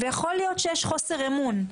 יכול להיות שיש חוסר אמון,